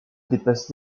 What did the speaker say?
dépasse